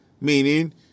Meaning